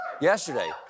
yesterday